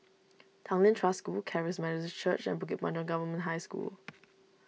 Tanglin Trust School Charis Methodist Church and Bukit Panjang Government High School